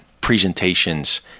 presentations